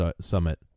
Summit